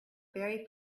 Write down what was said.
very